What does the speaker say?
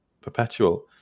perpetual